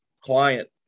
client